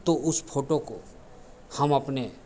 तो उस फ़ोटो को हम अपने